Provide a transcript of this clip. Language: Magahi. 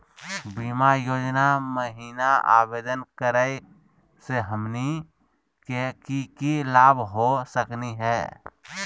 बीमा योजना महिना आवेदन करै स हमनी के की की लाभ हो सकनी हे?